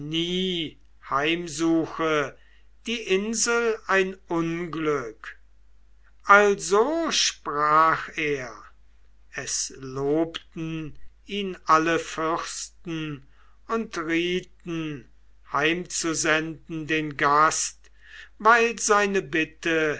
heimsuche die insel ein unglück also sprach er es lobten ihn alle fürsten und rieten heimzusenden den gast weil seine bitte